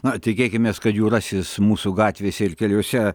na tikėkimės kad jų rasis mūsų gatvėse ir keliuose